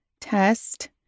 test